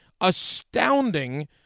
astounding